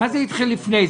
מה זה "התחיל לפני"?